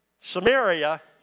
Samaria